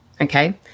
okay